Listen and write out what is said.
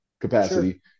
capacity